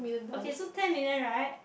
okay so ten million right